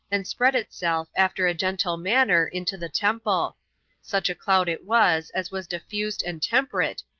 and spread itself, after a gentle manner, into the temple such a cloud it was as was diffused and temperate,